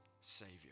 Savior